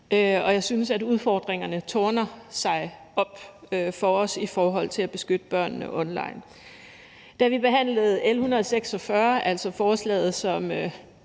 og jeg synes, at udfordringerne tårner sig op for os i forhold til at beskytte børnene online. Da vi behandlede L 146, altså forslaget, som